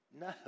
No